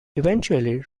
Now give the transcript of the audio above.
eventually